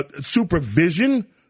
supervision